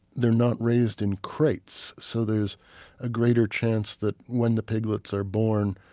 they're not raised in crates, so there's a greater chance that when the piglets are born,